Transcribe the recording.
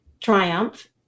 triumph